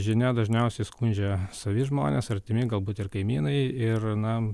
žinia dažniausiai skundžia savi žmonės artimi galbūt ir kaimynai ir na